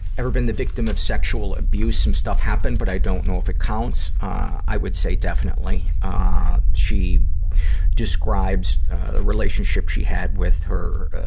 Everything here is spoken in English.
ever been the victim of sexual abuse? some stuff happened, but i don't know if it counts. i would say definitely. ah she describes a relationship she had with her, ah,